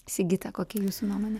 sigita kokia jūsų nuomonė